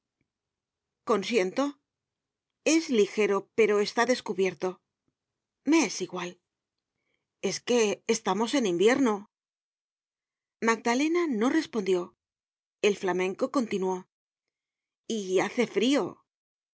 consiento es ligero pero está descubierto me es igual es que estamos en invierno magdalena no respondió el flamenco continuó y hace frio